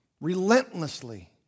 relentlessly